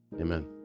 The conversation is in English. Amen